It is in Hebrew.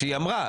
כשהיא אמרה,